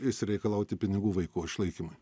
išsireikalauti pinigų vaiko išlaikymui